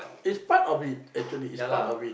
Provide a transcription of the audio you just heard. it's part of it actually it's part of it